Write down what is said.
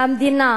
המדינה